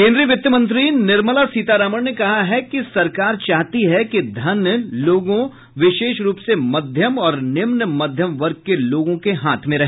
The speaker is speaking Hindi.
केंद्रीय वित्तमंत्री निर्मला सीतारामन ने कहा कि सरकार चाहती है कि धन लोगों विशेषरूप से मध्यम और निम्न मध्यम वर्ग के लोगों के हाथ में रहे